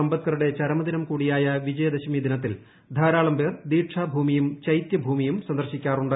അംബേദ്കറുടെ ചരമദിനം കൂടിയായ വിജയദശമി ദിനത്തിൽ ധാരാളം പേർ ദീക്ഷാഭൂമിയും ചൈത്യഭൂമിയും സന്ദർശിക്കാറുണ്ട്